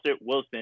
Wilson